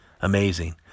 Amazing